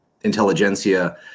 intelligentsia